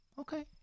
Okay